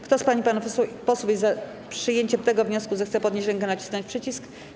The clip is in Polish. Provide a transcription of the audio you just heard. Kto z pań i panów posłów jest za przyjęciem tego wniosku, zechce podnieść rękę i nacisnąć przycisk.